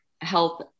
health